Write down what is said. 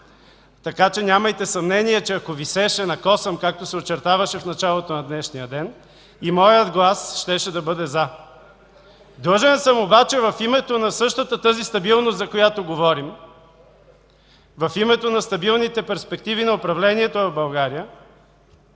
така че, нямайте съмнение, че ако висеше на косъм, както се очертаваше в началото на днешния ден, и моят глас щеше да бъде „за”. Длъжен съм обаче в името на същата тази стабилност, за която говорим, в името на стабилните перспективи на управлението в България,